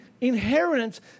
inheritance